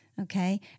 okay